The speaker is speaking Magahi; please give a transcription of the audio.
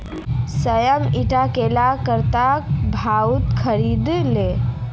श्याम ईटी केला कत्ते भाउत खरीद लो